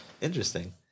Interesting